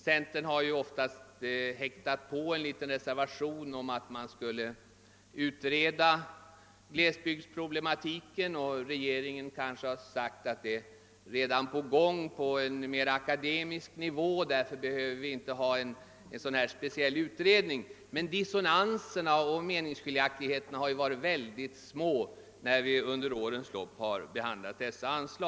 Centern har oftast häktat på en liten reservation om att man borde utreda glesbygdsproblematiken, och regeringen har kanske svarat att en sådan utredning redan pågår på en något mer akademisk nivå och att vi därför inte behöver ha någon speciell utredning. Men dissonanserna och meningsskiljaktigheterna har ju varit mycket små när vi under årens lopp behandlat dessa anslag.